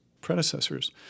predecessors